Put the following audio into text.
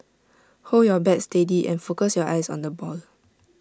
hold your bat steady and focus your eyes on the ball